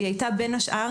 והיא הייתה בין השאר,